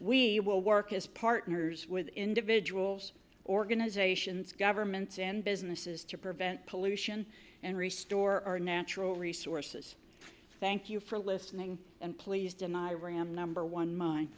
we will work as partners with individuals organizations governments and businesses to prevent pollution and re store our natural resources thank you for listening and please deny ram number one m